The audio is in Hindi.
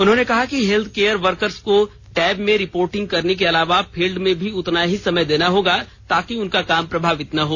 उन्होंने कहा कि हेल्थकेयर वर्कर्स को टैब में रिपोर्टिंग करने के अलावा फिल्ड में भी उतना ही समय देना होगा ताकि उनका काम प्रभावित न हो